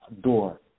door